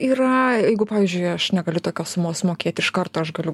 yra jeigu pavyzdžiui aš negaliu tokios sumos mokėt iš karto aš galiu